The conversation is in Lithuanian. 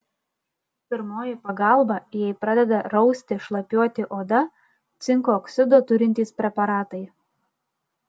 pirmoji pagalba jei pradeda rausti šlapiuoti oda cinko oksido turintys preparatai